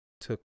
took